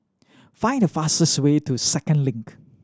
find the fastest way to Second Link